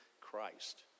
Christ